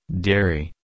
Dairy